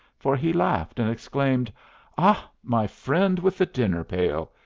for he laughed and exclaimed ah, my friend with the dinner-pail!